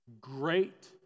great